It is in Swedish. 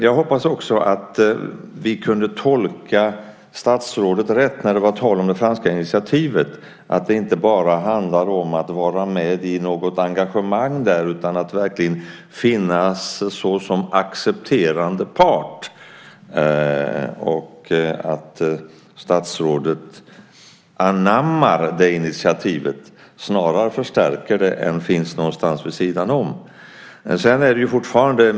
Jag hoppas att vi kunde tolka statsrådet rätt när det var tal om det franska initiativet och att det inte bara handlar om att vara med i något engagemang där utan att verkligen finnas såsom accepterande part och att statsrådet anammar detta initiativ och snarare förstärker det än finns någonstans vid sidan om.